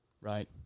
right